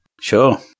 Sure